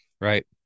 Right